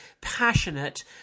passionate